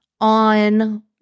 on